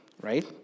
right